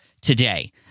today